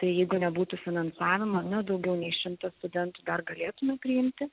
tai jeigu nebūtų finansavimo ne daugiau nei šimtą studentų dar galėtume priimti